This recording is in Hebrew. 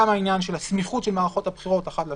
גם העניין של הסמיכות של מערכות הבחירות אחת לשנייה,